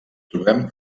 trobem